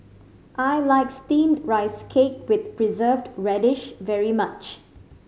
I like Steamed Rice Cake with Preserved Radish very much